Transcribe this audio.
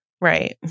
Right